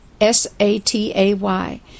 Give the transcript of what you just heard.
S-A-T-A-Y